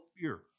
fear